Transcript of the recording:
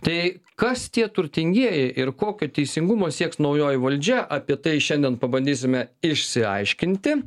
tai kas tie turtingieji ir kokio teisingumo sieks naujoji valdžia apie tai šiandien pabandysime išsiaiškinti